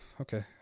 okay